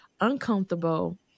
uncomfortable